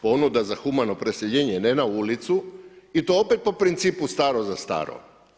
Ponuda za humano preseljenje, ne na ulicu i to opet po principu staro za staro.